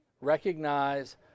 recognize